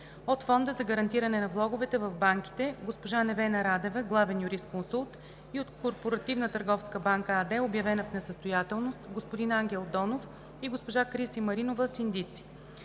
от Фонда за гарантиране на влоговете в банките: госпожа Невена Радева – главен юрисконсулт, и от „Корпоративна търговска банка“ АД, обявена в несъстоятелност: господин Ангел Донов и госпожа Кристи Маринова – синдици.